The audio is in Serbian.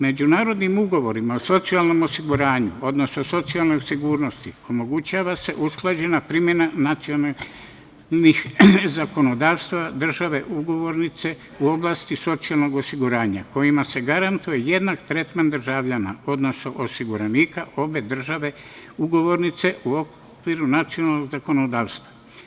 Međunarodnim ugovorima o socijalnom osiguranju, odnosno socijalnoj sigurnosti, omogućava se usklađena primena nacionalnih zakonodavstava države ugovornice u oblasti socijalnog osiguranja kojima se garantuje jednak tretman državljana, odnosno osiguranika obe države ugovornice u okviru nacionalnog zakonodavstva.